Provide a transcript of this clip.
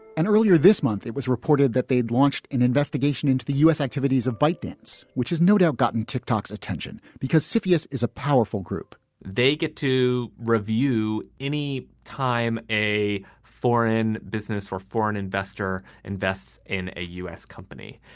and earlier this month, it was reported that they'd launched an investigation into the u s. activities of byt dance, which has no doubt gotten tic-tacs attention because citius is a powerful group they get to review. any time a foreign business or foreign investor invests in a u s. company,